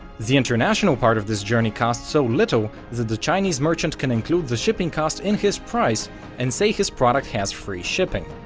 the international part of the journey costs so little, that the chinese merchant can include the shipping cost in his price and say his product has free shipping,